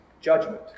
judgment